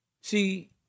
see